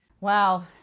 Wow